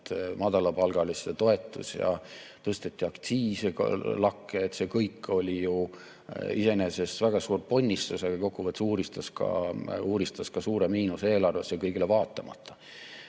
madalapalgaliste toetus ja tõsteti aktsiise lakke. See kõik oli iseenesest väga suur ponnistus, aga kokkuvõttes see uuristas suure miinuse eelarvesse kõigele vaatamata.